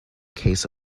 case